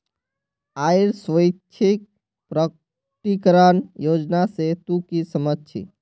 आइर स्वैच्छिक प्रकटीकरण योजना से तू की समझ छि